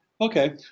Okay